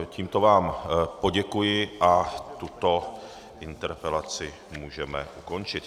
Tímto vám poděkuji a tuto interpelaci můžeme ukončit.